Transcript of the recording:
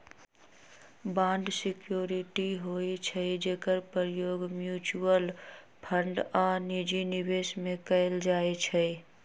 bond security होइ छइ जेकर प्रयोग म्यूच्यूअल फंड आऽ निजी निवेश में कएल जाइ छइ